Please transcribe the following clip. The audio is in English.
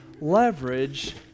leverage